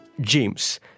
James